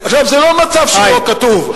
עכשיו, זה לא מצב שלא כתוב.